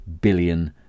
billion